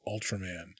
ultraman